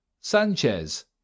Sanchez